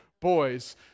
boys